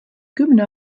kümne